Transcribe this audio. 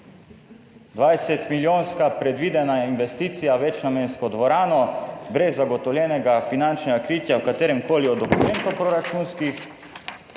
20-milijonska investicija v večnamensko dvorano brez zagotovljenega finančnega kritja v kateremkoli od proračunskih